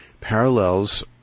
parallels